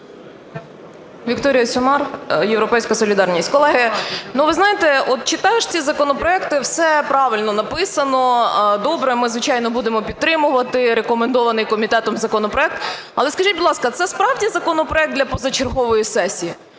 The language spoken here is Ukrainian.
Вікторія Сюмар, "Європейська солідарність". Колеги, ви знаєте, от читаєш ці законопроекти, все правильно написано добре, ми, звичайно, будемо підтримувати, рекомендований комітетом законопроект. Але скажіть, будь ласка, це справді законопроект для позачергової сесії?